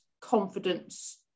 confidence